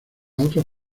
otros